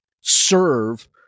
serve